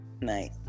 Night